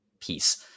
piece